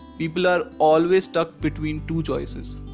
people are always stuck between two choices